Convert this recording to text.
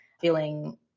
feeling